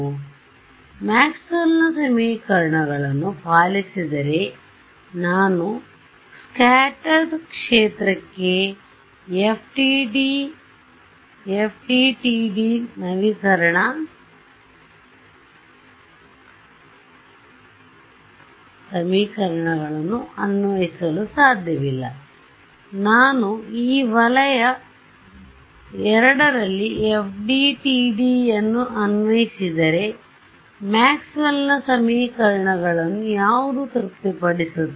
ಆದ್ದರಿಂದ ಮ್ಯಾಕ್ಸ್ವೆಲ್ನ Maxwell's ಸಮೀಕರಣಗಳನ್ನು ಪಾಲಿಸಿದರೆ ನಾನು ಚದುರಿದ ಕ್ಷೇತ್ರಕ್ಕೆ FDTD ನವೀಕರಣ ಸಮೀಕರಣಗಳನ್ನು ಅನ್ವಯಿಸಲು ಸಾಧ್ಯವಿಲ್ಲ ನಾನು ವಲಯ II ರಲ್ಲಿ FDTDಯನ್ನು ಅನ್ವಯಿಸಿದರೆ ಮ್ಯಾಕ್ಸ್ವೆಲ್ನ ಸಮೀಕರಣಗಳನ್ನು ಯಾವುದು ತೃಪ್ತಿಪಡಿಸುತ್ತದೆ